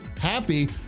happy